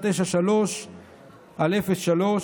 1993/03,